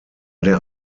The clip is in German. der